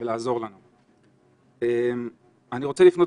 אני רוצה להסביר